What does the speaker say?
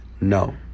No